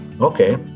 Okay